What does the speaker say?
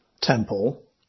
Temple